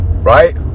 Right